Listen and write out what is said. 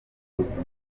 b’ubuzima